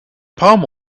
palm